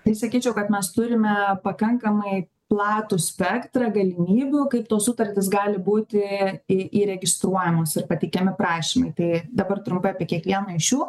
tai sakyčiau kad mes turime pakankamai platų spektrą galimybių kaip tos sutartys gali būti į įregistruojamos ir pateikiami prašymai tai dabar trumpai apie kiekvieną iš jų